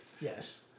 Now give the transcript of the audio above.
Yes